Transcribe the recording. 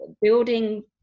building